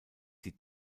die